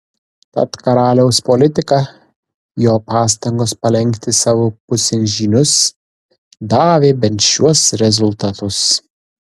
tad karaliaus politika jo pastangos palenkti savo pusėn žynius davė bent šiuos rezultatus